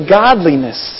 godliness